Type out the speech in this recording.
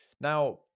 Now